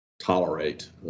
tolerate